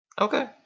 Okay